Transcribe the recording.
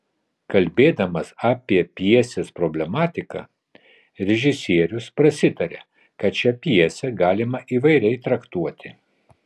kalbėdamas apie pjesės problematiką režisierius prasitaria kad šią pjesę galima įvairiai traktuoti